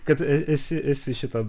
kad esi esi šitą